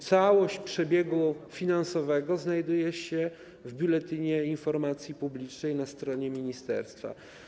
Całość przebiegu finansowego znajduje się w Biuletynie Informacji Publicznej na stronie ministerstwa.